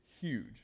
huge